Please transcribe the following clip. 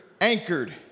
anchored